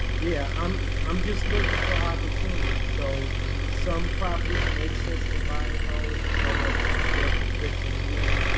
yeah, um, i'm just looking for opportunities. so some properties make sense to buy how some are good for fix and flips.